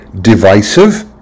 divisive